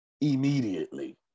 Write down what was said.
immediately